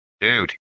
Dude